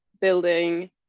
building